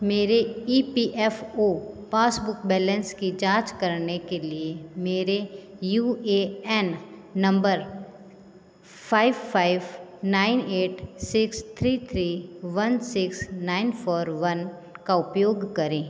मेरे E P F O passbook balance की जाँच करने के लिए मेरे U A N number five five nine eight six three three one six nine four one का उपयोग करें